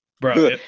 bro